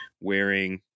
wearing